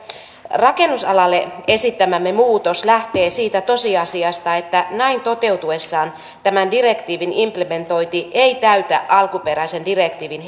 rakennusalalle esittämämme muutos lähtee siitä tosiasiasta että näin toteutuessaan tämän direktiivin implementointi ei täytä alkuperäisen direktiivin